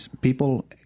people